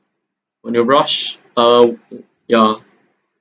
when you blushed uh yeah